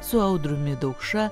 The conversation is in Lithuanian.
su audriumi daukša